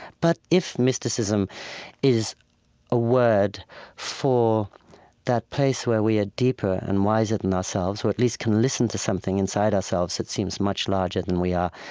but if mysticism is a word for that place where we are ah deeper and wiser than ourselves, or at least can listen to something inside ourselves that seems much larger than we are,